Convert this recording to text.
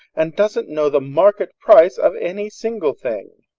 and doesn't know the market price of any single thing.